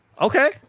Okay